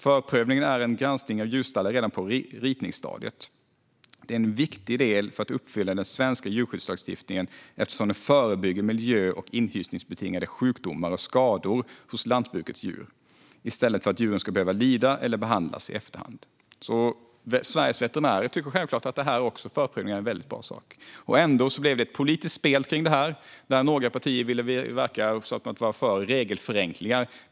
Förprövningen är en granskning av djurstallar redan på ritningsstadiet. Förprövningen är en viktig del för att uppfylla den svenska djurskyddslagstiftningen eftersom den förebygger miljö och inhysningsbetingade sjukdomar och skador hos lantbrukets djur, istället för att djuren ska behöva lida eller behandlas i efterhand." Sveriges veterinärer tycker självklart också att förprövningar är en väldigt bra sak. Ändå blev det ett politiskt spel kring detta, där några partier ville verka vara för regelförenklingar.